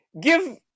give